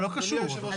לא קשור.